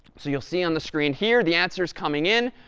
so you'll see on the screen here the answers coming in.